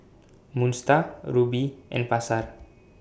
Moon STAR Rubi and Pasar